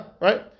Right